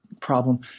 problem